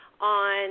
on –